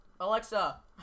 Alexa